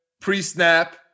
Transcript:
pre-snap